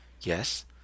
yes